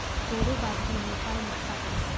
कोडो बाजरी नेपालमा सापडस